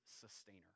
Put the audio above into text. sustainer